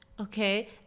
okay